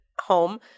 home